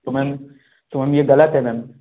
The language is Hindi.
तो मैम तो हम ये गलत है मैम